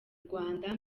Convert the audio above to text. rwanda